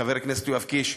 חבר הכנסת יואב קיש,